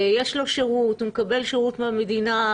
יש לו שירות, הוא מקבל שירות מהמדינה.